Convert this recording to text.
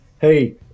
Hey